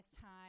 time